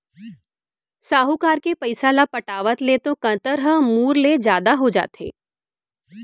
साहूकार के पइसा ल पटावत ले तो कंतर ह मूर ले जादा हो जाथे